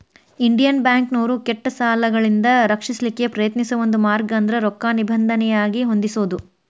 Indian ಬ್ಯಾಂಕ್ನೋರು ಕೆಟ್ಟ ಸಾಲಗಳಿಂದ ರಕ್ಷಿಸಲಿಕ್ಕೆ ಪ್ರಯತ್ನಿಸೋ ಒಂದ ಮಾರ್ಗ ಅಂದ್ರ ರೊಕ್ಕಾ ನಿಬಂಧನೆಯಾಗಿ ಹೊಂದಿಸೊದು